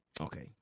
Okay